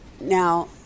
Now